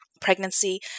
pregnancy